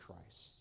Christ